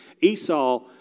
Esau